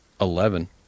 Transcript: Eleven